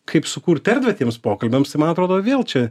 kaip sukurt erdvę tiems pokalbiams tai man atrodo vėl čia